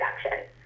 production